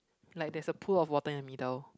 like there's a pool of water in the middle